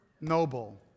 noble